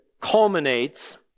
culminates